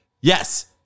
Yes